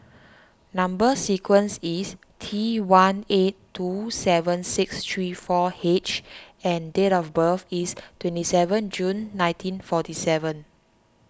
Number Sequence is T one eight two seven six three four H and date of birth is twenty seven June nineteen forty seven